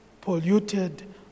polluted